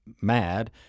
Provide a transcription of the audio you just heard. mad